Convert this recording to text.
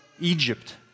Egypt